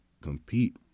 compete